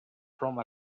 from